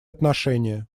отношения